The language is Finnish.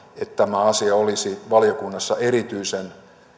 että tämä asia olisi valiokunnassa erityisen